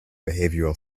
behavioral